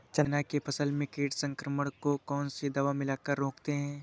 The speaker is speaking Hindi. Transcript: चना के फसल में कीट संक्रमण को कौन सी दवा मिला कर रोकते हैं?